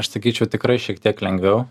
aš sakyčiau tikrai šiek tiek lengviau